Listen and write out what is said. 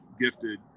gifted